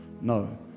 No